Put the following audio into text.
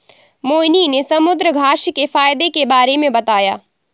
मोहिनी ने समुद्रघास्य के फ़ायदे के बारे में बताया